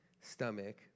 stomach